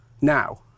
now